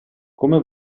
come